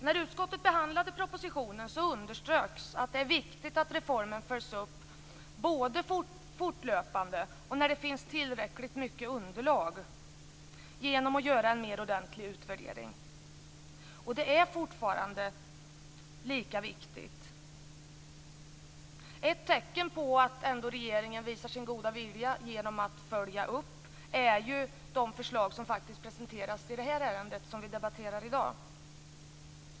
När utskottet behandlade propositionen underströks att det är viktigt att reformen följs upp både fortlöpande och när det finns tillräckligt underlag för att göra en mer ordentlig utvärdering. Det är fortfarande lika viktigt. Ett tecken på att regeringen ändå visar sin goda vilja att följa upp reformen är ju de förslag som presenteras i det ärende som vi debatterar i dag.